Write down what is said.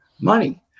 Money